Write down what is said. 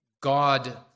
God